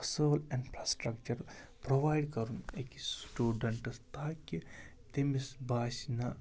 اَصٕل infrastructure provide کَرُن أکِس سٹوٗڈَنٛٹَس تاکہِ تٔمِس باسہِ نَہ